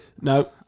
No